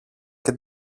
και